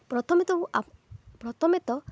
ପ୍ରଥମେ ତ ପ୍ରଥମେ ତ